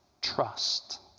trust